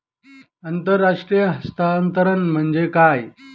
आंतरराष्ट्रीय हस्तांतरण म्हणजे काय?